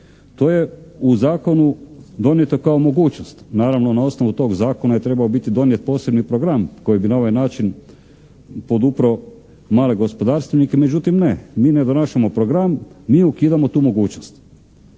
To je u Zakonu donijeto kao mogućnost. Naravno, na osnovu tog zakona je trebao biti donijet posebni program koji bi na ovaj način podupreo male gospodarstvenike, međutim ne. Mi ne donašamo program, mi ukidamo tu mogućnost.